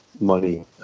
money